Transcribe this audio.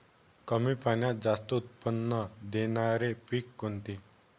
कमी पाण्यात जास्त उत्त्पन्न देणारे पीक कोणते?